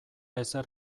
ezer